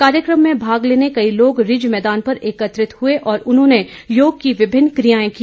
कार्यक्रम में भाग लेने कई लोग रिज मैदान पर एकत्रित हुए और उन्होंने योग की विभिन्न कियाएं की